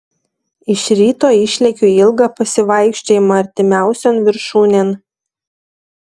iš ryto išlekiu į ilgą pasivaikščiojimą artimiausion viršūnėn